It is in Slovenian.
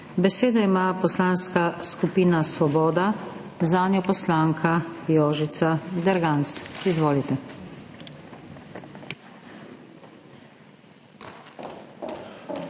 Besedo ima Poslanska skupina Svoboda, zanjo poslanka Jožica Derganc. Izvolite.